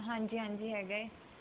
ਹਾਂਜੀ ਹਾਂਜੀ ਹੈਗਾ